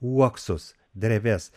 uoksus dreves